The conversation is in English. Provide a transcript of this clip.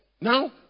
Now